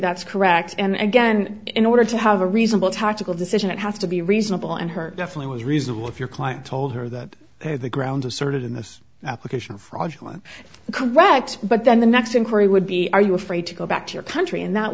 that's correct and again in order to have a reasonable tactical decision it has to be reasonable and her definitely was reasonable if your client told her that the ground asserted in this application fraudulent correct but then the next inquiry would be are you afraid to go back to your country and that